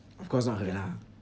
of course lah